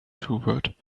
toward